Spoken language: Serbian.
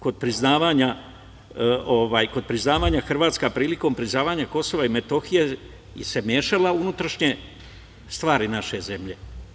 Kod priznavanja Hrvatska se prilikom priznavanja Kosova i Metohije mešala u unutrašnje stvari naše zemlje.